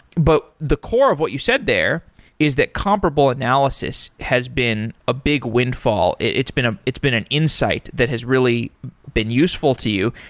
but the core of what you said there is that comparable analysis has been a big windfall. it's been ah it's been an insight that has really been useful to you.